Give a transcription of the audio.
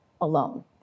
alone